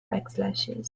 backslashes